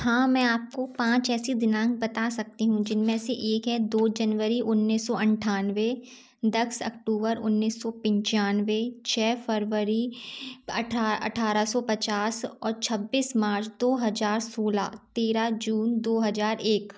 हाँ मैं आपको पाँच ऐसे दिनांक बता सकती हूँ जिन में से एक है दो जनवरी उन्नीस सौ अट्ठानवे दस अक्टूबर उन्नीस सौ पचानवे छः फरवरी अठा अट्ठारह सौ पचास और छब्बीस मार्च दो हज़ार सोलह तेरह जून दो हज़ार एक